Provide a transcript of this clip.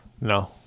No